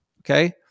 okay